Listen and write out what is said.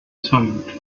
silent